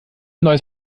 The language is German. neues